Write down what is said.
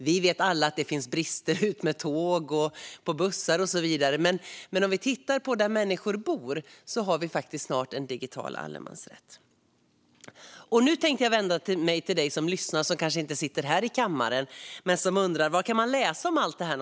Vi vet alla att det finns brister gällande tåg, bussar och så vidare. Men där människor bor har vi faktiskt snart en digital allemansrätt. Nu vill jag vända mig till dig som lyssnar och som kanske inte sitter här i kammaren men undrar var man kan läsa om allt det här.